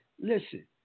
Listen